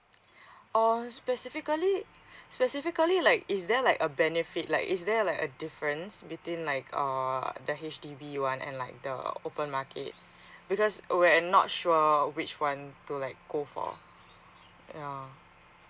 orh specifically specifically like is there like a benefit like is there like a difference between like err the H_D_B one and like the open market because uh we're not sure which one to like go for yeah